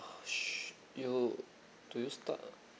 oh should you do you start uh